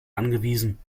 angewiesen